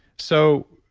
so,